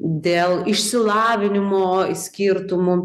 dėl išsilavinimo skirtumų